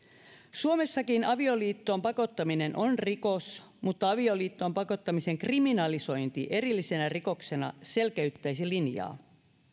suomessakin avioliittoon pakottaminen on rikos mutta avioliittoon pakottamisen kriminalisointi erillisenä rikoksena selkeyttäisi linjaa